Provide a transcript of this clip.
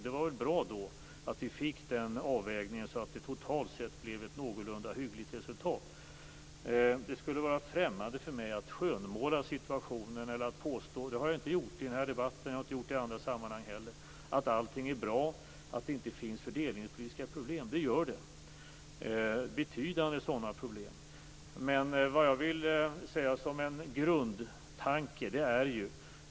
Det var bra att det blev den avvägningen, så att det blev ett någorlunda hyggligt resultat. Det skulle vara främmande för mig att skönmåla situationen eller att påstå att allting är bra och att det inte finns fördelningspolitiska problem. Det har jag inte gjort i den här debatten eller i andra sammanhang. Det finns betydande problem.